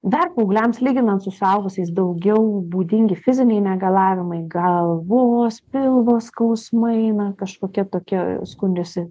dar paaugliams lyginant su suaugusiais daugiau būdingi fiziniai negalavimai galvos pilvo skausmai eina kažkokie tokie skundžiasi